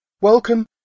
Welcome